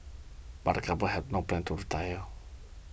but the couple have no plans to